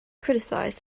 criticized